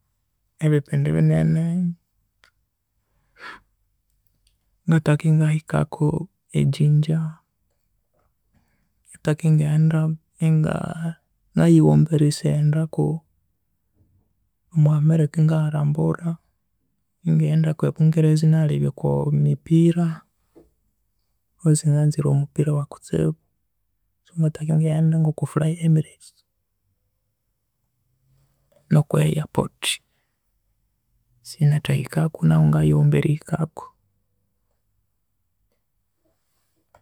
Epindi binene ngathaka engahikaku e Jinja, ngathaka engaghenda enga ngayighoma erisaghendaku omwa America engayarambura, engaghendako ebungereza engalhebya okwa mipira coz nganzire omupira wakutsibu so ngathaka engaghenda ngo kwa fly emirates no kwa airport sinathahikaku naku ngayighomba erihikaku.